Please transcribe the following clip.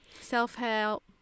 self-help